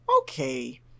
okay